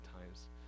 times